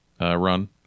run